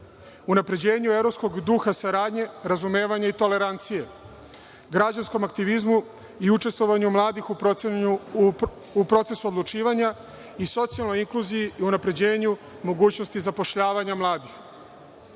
unapređenju evropskog duha saradnje, razumevanje i toleranciju, građevinskom aktivizmu i učestvovanju mladih u procesu odlučivanja i socijalnoj inkluziji i unapređenju mogućnosti zapošljavanja